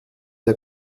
der